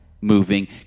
moving